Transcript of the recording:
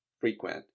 frequent